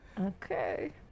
Okay